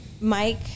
Mike